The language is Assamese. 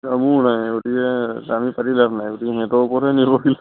কামোৰ নাই গতিকে আমি পাতি লাভ নাই গতিকে সিহঁতৰ ওপৰতে নিৰ্ভৰশীল